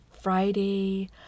Friday